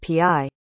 API